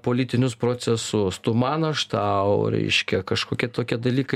politinius procesus tu man aš tau reiškia kažkokie tokie dalykai